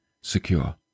secure